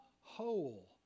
whole